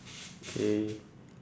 K